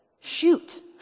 shoot